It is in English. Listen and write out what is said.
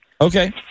Okay